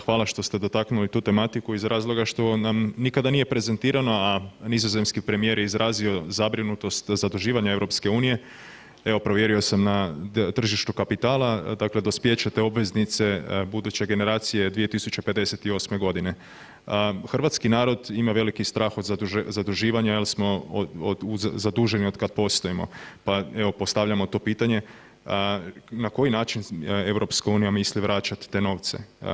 Hvala što ste dotaknuli tu tematiku iz razloga što nam nikada nije prezentirana, a nizozemski premijer je izrazio zabrinutost zaduživanja EU, evo, provjerio sam na tržištu kapitala, dakle dospijeće te obveznice buduće generacije je 2058. g. Hrvatski narod ima veliki strah od zaduživanja jer smo od zaduženi od kad postojimo, pa evo, postavljamo to pitanje, na koji način EU misli vraćati te novce?